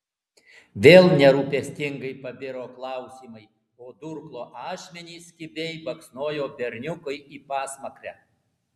vėl nerūpestingai pabiro klausimai o durklo ašmenys kibiai baksnojo berniukui į pasmakrę